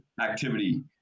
activity